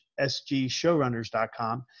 sgshowrunners.com